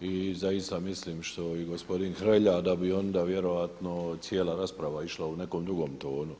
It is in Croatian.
i zaista mislim što i gospodin Hrelja da bi onda vjerojatno cijela rasprava išla u nekom drugom tonu.